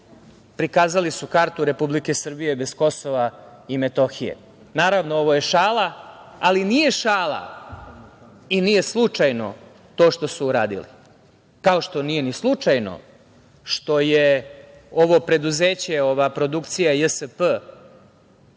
prikazali kartu Republike Srbije bez Kosova i Metohije. Naravno, ovo je šala, ali nije šala i nije slučajno to što su uradili, kao što nije ni slučajno što je ovo preduzeće, ova produkcija JSP,